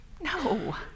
No